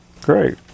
Great